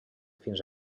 fins